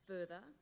Further